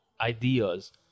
ideas